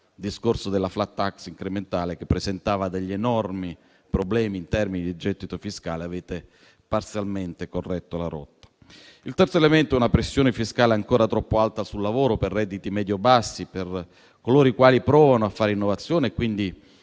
discorso della *flat tax* incrementale che presentava degli enormi problemi in termini di gettito fiscale, avete parzialmente corretto la rotta. Il terzo elemento è una pressione fiscale ancora troppo alta sul lavoro per redditi medio-bassi per coloro i quali provano a fare innovazione e, quindi,